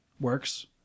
works